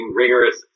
rigorous